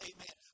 Amen